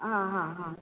हां हां हां